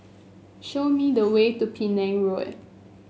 show me the way to Penang Road